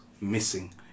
missing